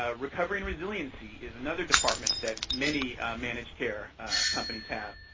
ah recovery and resiliency is another department that many managed care companies have.